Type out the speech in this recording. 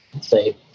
say